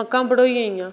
मक्कां बढोई गेइयां